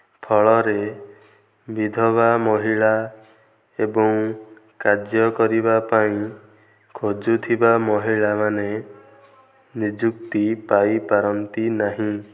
ଫଳରେ ବିଧବା ମହିଳା ଏବଂ କାର୍ଯ୍ୟ କରିବା ପାଇଁ ଖୋଜୁଥିବା ମହିଳାମାନେ ନିଯୁକ୍ତି ପାଇପାରନ୍ତି ନାହିଁ